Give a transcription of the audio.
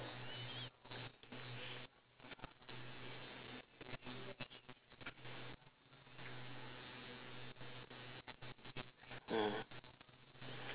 mm